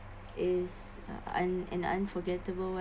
it's un~ and unforgettable [one]